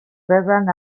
gerran